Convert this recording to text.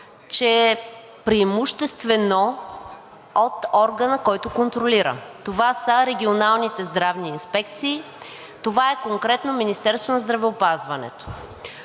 че е преимуществено от органа, който контролира. Това са регионалните здравни инспекции, това е конкретно Министерството на здравеопазването.